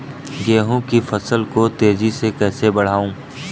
गेहूँ की फसल को तेजी से कैसे बढ़ाऊँ?